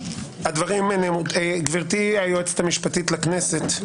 גברתי היועצת המשפטית לכנסת,